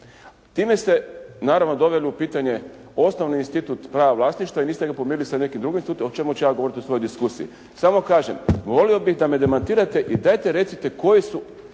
Time ste naravno doveli u pitanje osnovni institut prava vlasništva i niste ga pomirili sa nekim drugim institutom, o čemu ću ja govoriti u svojoj diskusiji. Samo kažem, volio bih da me demantirate i dajte recite koji su